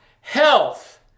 health